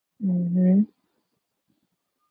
mmhmm